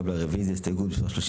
הרוויזיה על הסתייגות מספר 41?